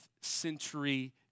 century